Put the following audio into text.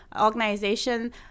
organization